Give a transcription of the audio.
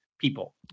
People